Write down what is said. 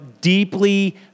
deeply